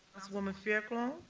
councilwoman fairclough.